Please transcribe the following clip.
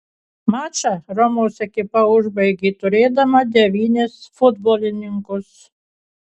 mačą romos ekipa užbaigė turėdama devynis futbolininkus